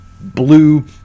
Blue